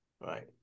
right